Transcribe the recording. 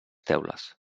teules